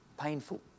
painful